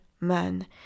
man